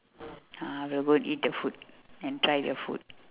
uh I will go eat the food and try the food